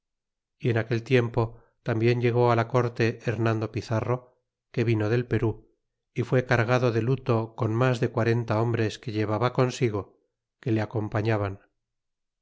y en aquel tiempo tambien llegó á la corte hernando pizarro que vino del perú y fue cargado de luto con mas de quarenta hombres que llevaba consigo que le acompañaban